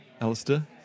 Alistair